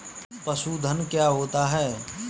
पशुधन क्या होता है?